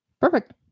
Perfect